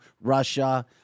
Russia